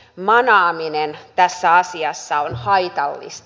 manaaminen tässä asiassa on haitallista